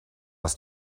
was